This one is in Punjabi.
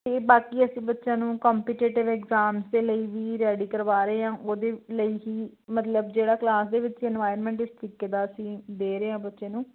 ਅਤੇ ਬਾਕੀ ਅਸੀਂ ਬੱਚਿਆਂ ਨੂੰ ਕੰਪੀਟੇਟਿਵ ਇਗਜਾਮਜ਼ ਦੇ ਲਈ ਵੀ ਰੈਡੀ ਕਰਵਾ ਰਹੇ ਹਾਂ ਉਹਦੇ ਲਈ ਹੀ ਮਤਲਬ ਜਿਹੜਾ ਕਲਾਸ ਦੇ ਵਿੱਚ ਇਨਵਾਇਰਮੈਂਟ ਇਸ ਤਰੀਕੇ ਦਾ ਅਸੀਂ ਦੇ ਰਹੇ ਹਾਂ ਬੱਚੇ ਨੂੰ